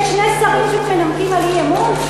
שני שרים שמנמקים תשובה על אי-אמון.